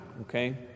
okay